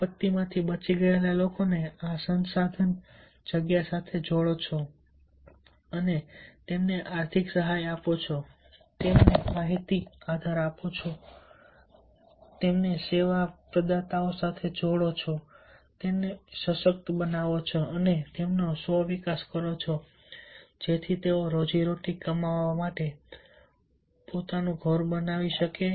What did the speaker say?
આપત્તિમાંથી બચી ગયેલા લોકોને આ સંસાધન જગ્યા સાથે જોડો તેમને આર્થિક સહાય આપો તેમને માહિતી આધાર આપો તેમને સેવા પ્રદાતાઓ સાથે જોડો તેમને સશક્ત કરો અને તેમનો સ્વ વિકાસ કરો જેથી તેઓ રોજીરોટી કમાવવા માટે પોતાનું ઘર બનાવી શકે છે